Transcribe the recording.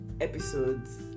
episodes